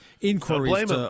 inquiries